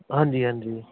ਹਾਂਜੀ ਹਾਂਜੀ